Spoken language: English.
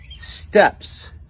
steps